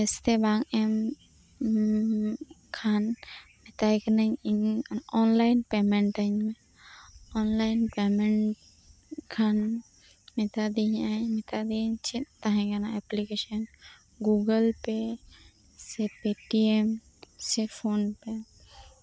ᱠᱮᱥᱛᱮ ᱵᱟᱝ ᱮᱢ ᱠᱷᱟᱱ ᱢᱮᱛᱟᱭ ᱠᱟᱱᱟᱧ ᱚᱱᱞᱟᱭᱤᱱ ᱯᱮᱢᱮᱱᱴ ᱟᱹᱧ ᱚᱱᱞᱟᱭᱤᱱ ᱯᱮᱢᱮᱱᱴ ᱠᱷᱟᱱ ᱢᱮᱛᱟ ᱫᱮᱭᱟᱹᱧ ᱪᱮᱫ ᱛᱟᱸᱦᱮ ᱠᱟᱱᱟ ᱮᱯᱞᱤᱠᱮᱥᱚᱱ ᱜᱩᱜᱳᱞ ᱯᱮ ᱥᱮ ᱯᱮᱴᱤᱭᱮᱢ ᱥᱮ ᱯᱷᱳᱱ ᱯᱮ